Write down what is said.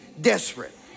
desperate